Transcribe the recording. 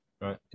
Right